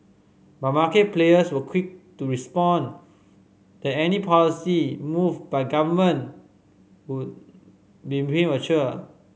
but market players were quick to respond that any policy move by government would be premature